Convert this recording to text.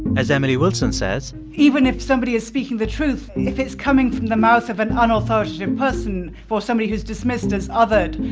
as emily wilson says. even if somebody is speaking the truth, if it's coming from the mouth of an unauthoritative person or somebody who's dismissed as othered,